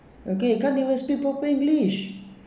okay can't even speak proper english